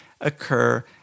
occur